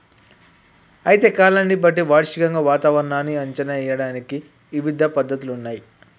అయితే కాలాన్ని బట్టి వార్షికంగా వాతావరణాన్ని అంచనా ఏయడానికి ఇవిధ పద్ధతులున్నయ్యి